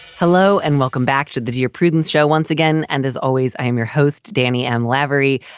hello and welcome back to the dear prudence show once again. and as always, i'm your host, danny and lavery.